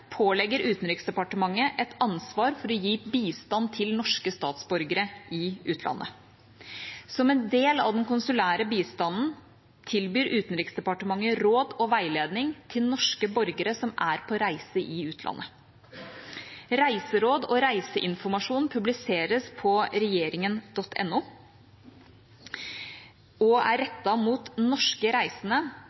pålegger Utenriksdepartementet et ansvar for å gi bistand til norske statsborgere i utlandet. Som en del av den konsulære bistanden tilbyr Utenriksdepartementet råd og veiledning til norske borgere som er på reise i utlandet. Reiseråd og reiseinformasjon publiseres på regjeringen.no og er rettet mot norske reisende